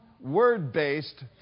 word-based